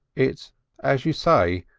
it's as you say,